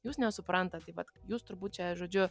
jūs nesuprantat tai vat jūs turbūt čia žodžiu